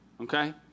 okay